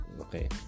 okay